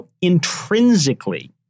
intrinsically